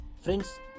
friends